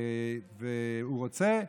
והוא רוצה,